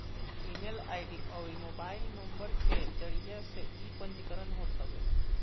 email ID अउरी mobile number के जरिया से इ पंजीकरण होत हवे